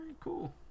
cool